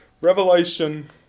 Revelation